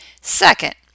Second